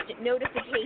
notification